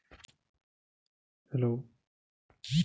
जलीय घास निकाले वाला मशीन से घास के साथे साथे कूड़ा करकट भी निकल जाला